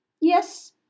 yes